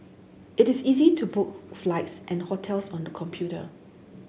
it is easy to book flights and hotels on the computer